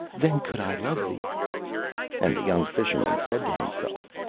then could i love thee and the young fisherman said to himself,